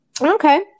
Okay